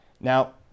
Now